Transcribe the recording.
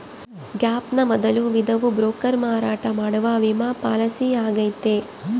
gap ನ ಮೊದಲ ವಿಧವು ಬ್ರೋಕರ್ ಮಾರಾಟ ಮಾಡುವ ವಿಮಾ ಪಾಲಿಸಿಯಾಗೈತೆ